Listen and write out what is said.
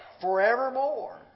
forevermore